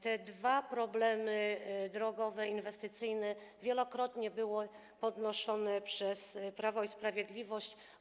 Te dwa problemy drogowe i inwestycyjne były wielokrotnie podnoszone przez Prawo i Sprawiedliwość.